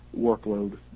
workload